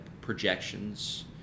projections